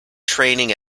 training